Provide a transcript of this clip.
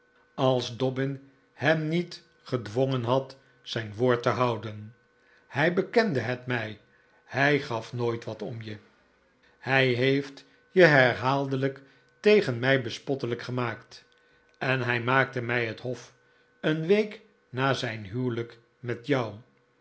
als dobbin hem niet gedwongen had zijn woord te houden hij bekende het mij hij gaf nooit wat om je hij heeft je herhaaldelijk tegen mij bespottelijk gemaakt en hij maakte mij het hof een week na zijn huwelijk met jou